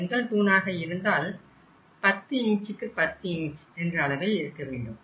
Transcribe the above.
செங்கல் தூணாக இருந்தால் 10 இஞ்சுக்கு 10 இன்ச் என்ற அளவில் இருக்க வேண்டும்